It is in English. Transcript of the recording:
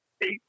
eight